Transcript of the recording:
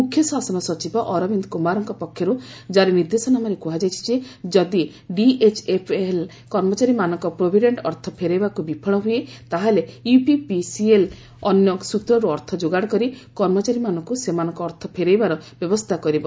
ମୁଖ୍ୟଶାସନ ସଚିବ ଅରବିନ୍ଦ କୁମାରଙ୍କ ପକ୍ଷରୁ ଜାରି ନିର୍ଦ୍ଦେଶନାମାରେ କୁହାଯାଇଛି ଯେ ଯଦି ଡିଏଚ୍ଏଫ୍ଏଲ୍ କର୍ମଚାରୀମାନଙ୍କ ପ୍ରୋଭିଡେଣ୍ଟ ଅର୍ଥ ଫେରାଇବାକୁ ବିଫଳ ହୁଏ ତାହା ହେଲେ ୟୁପିପିସିଏଲ୍ ଅନ୍ୟ ସୂତ୍ରରୁ ଅର୍ଥ ଯୋଗାଡ଼ କରି କର୍ମଚାରୀମାନଙ୍କୁ ସେମାନଙ୍କ ଅର୍ଥ ଫେରାଇବାର ବ୍ୟବସ୍ଥା କରିବ